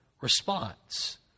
response